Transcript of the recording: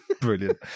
Brilliant